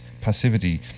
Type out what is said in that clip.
passivity